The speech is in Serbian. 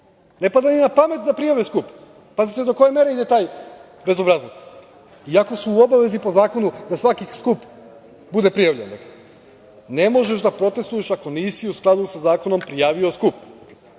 Ne pada im na pamet da prijave skup. Pazite do koje mere ide taj bezobrazluk. Iako su u obavezi po zakonu da svaki skup bude prijavljen. Ne možeš da protestuješ ako nisi u skladu sa zakonom prijavio skup.